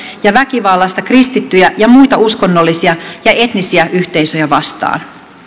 ja väkivallasta kristittyjä ja muita uskonnollisia ja etnisiä yhteisöjä vastaan